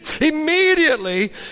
Immediately